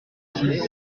six